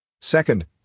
Second